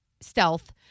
stealth